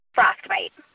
Frostbite